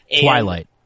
Twilight